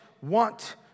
Want